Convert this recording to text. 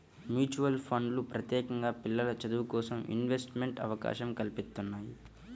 mutual ఫండ్లు ప్రత్యేకంగా పిల్లల చదువులకోసం ఇన్వెస్ట్మెంట్ అవకాశం కల్పిత్తున్నయ్యి